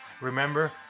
Remember